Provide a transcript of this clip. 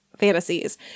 fantasies